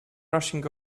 rushing